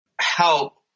help